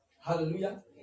hallelujah